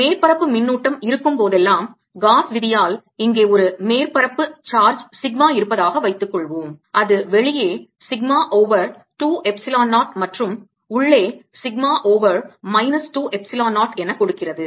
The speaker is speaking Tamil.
மேற்பரப்பு மின்னூட்டம் இருக்கும் போதெல்லாம் காஸ் விதியால் இங்கே ஒரு மேற்பரப்பு சார்ஜ் சிக்மா இருப்பதாக வைத்துக்கொள்வோம் அது வெளியே சிக்மா ஓவர் 2 எப்சிலான் 0 மற்றும் உள்ளே சிக்மா ஓவர் மைனஸ் 2 எப்சிலான் 0 என கொடுக்கிறது